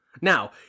Now